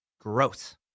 Gross